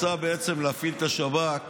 רוצה בעצם להפעיל את השב"כ